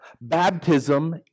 Baptism